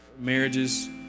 marriages